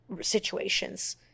situations